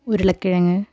ഉരുളക്കിഴങ്ങ്